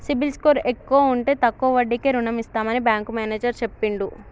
CIBIL score ఎక్కువ ఉంటే తక్కువ వడ్డీకే రుణం ఇస్తామని బ్యాంకు మేనేజర్ చెప్పిండు